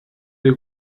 les